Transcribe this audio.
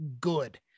good